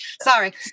Sorry